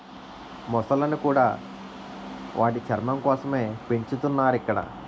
మొసళ్ళను కూడా వాటి చర్మం కోసమే పెంచుతున్నారు ఇక్కడ